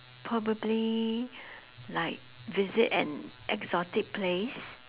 probably like visit an exotic place